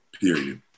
period